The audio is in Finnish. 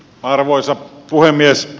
arvoisa puhemies